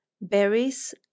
berries